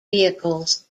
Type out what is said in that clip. vehicles